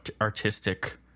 artistic